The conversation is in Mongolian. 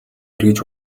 эргэж